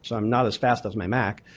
so i'm not as fast as my mac,